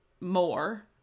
more